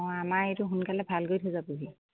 অঁ আমাৰ এইটো সোনকালে ভাল কৰি থৈ যাবহি